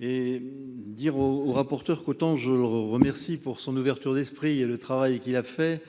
et dire au rapporteur qu'autant je le remercie pour son ouverture d'esprit et le travail qu'il a fait,